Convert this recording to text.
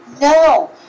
No